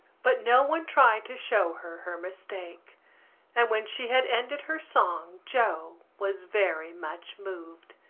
but no one tried to show her her mistake and when she had ended her song joe was very much moved.